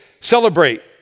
celebrate